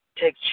Take